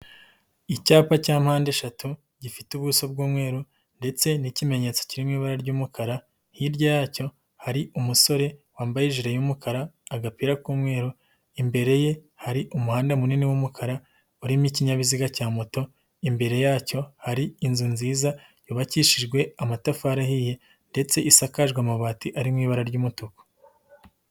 Icyapa cya mpande eshatu gifite ubuso bw'umweru, ndetse n'ikimenyetso kirimo ibara ry'umukara, hirya yacyo hari umusore wambaye ijile y'umukara agapira k'umweru, imbere ye hari umuhanda munini w'umukara urimo ikinyabiziga cya moto, imbere yacyo hari inzu nziza yubakishijwe amatafari ahiye, ndetse isakajwe amabati ari mu ibara ry'umutuku.